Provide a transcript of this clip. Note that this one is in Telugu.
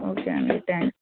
ఓకే అండి థ్యాంక్స్